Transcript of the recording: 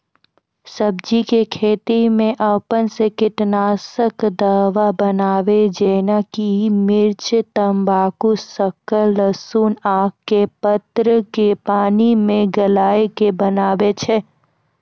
सब्जी के खेती मे अपन से कीटनासक दवा बनाबे जेना कि मिर्च तम्बाकू शक्कर लहसुन आक के पत्र के पानी मे गलाय के बनाबै छै?